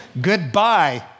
goodbye